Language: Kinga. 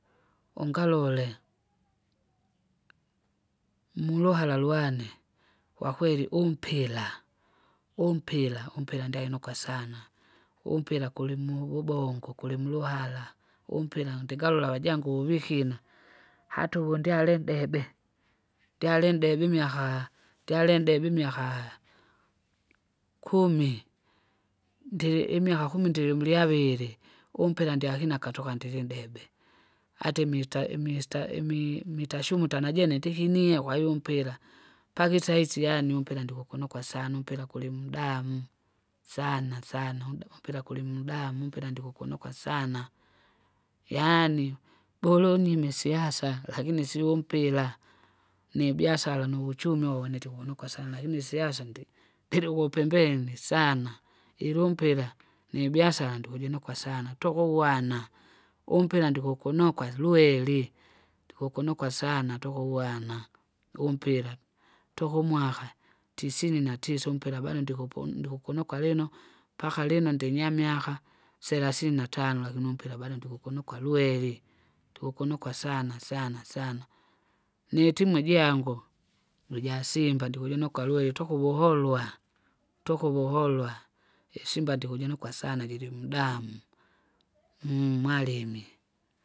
Ungalole, muluhala lwane, kwakweli umpira, umpira umpira ndyainuka sana, umpira kulimuvubongo kulimuluhara, umpira ndingalola avajangu uvikina, hata uvundyale ndebe, ndyale ndebe imiakaa ndyale ndebe imiaka, kumi ndiri imiaka kumi ndiri mulyavili umpira ndyakina akatoka akatoaka ndirendebe, ata imita- imista- imi- imitashumuta najene ndihinie kwahiyo umpira, mpaka isaisi yaani umpira ndikukunokwa sana umpira kulimdamu, sana sana umda- umpira kulimudamu umpira ndikukunokwa sana. Yaani bora unyime isiasa lakini sio umpira, nibiasala, nuvuchumi uvo nitikunuka sana une isiasa ndi- ndirikupembeni sana, ila umpira, nibiasara ndikujinoka sana tukugwana. Umpira ndikukunokwa lwari, ndikukunokwa sana tukugwana, umpira, tukumwaka tisini natisa umpira bado ndikupu ndikukunokwa lino, paka lino ndinyanyamyaka selasini natano lakini umpira bado ndikukunokwa lweri, ndikukunukwa sana sana sana. Nitimu ijangu jojasimba ndikujinokwa lweri tukuvuholwa, tukuvuholwa, isimba ndikujinokwa sana jiri mudamu, mwalimi.